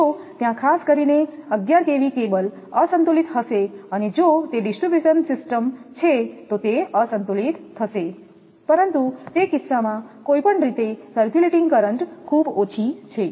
જો ત્યાં ખાસ કરીને 11 kV કેબલ અસંતુલિત હશે અને જો તે ડિસ્ટ્રીબ્યુશન સિસ્ટમ છે તો તે અસંતુલિત હશે પરંતુ તે કિસ્સામાં કોઈપણ રીતે સર્ક્યુલેટિંગ કરંટ ખૂબ ઓછી છે